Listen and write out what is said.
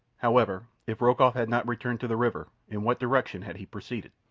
however, if rokoff had not returned to the river, in what direction had he proceeded?